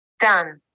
Done